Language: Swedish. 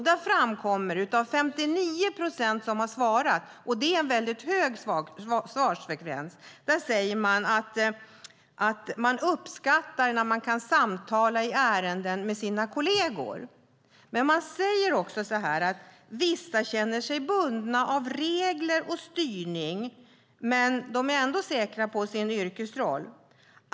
Där framkommer det av de 59 procent som har svarat - en väldigt hög svarsfrekvens - att man uppskattar när man kan samtala i ärenden med sina kolleger. Det framkommer också att vissa känner sig bundna av regler och styrning men ändå är säkra på sin yrkesroll.